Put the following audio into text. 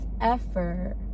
effort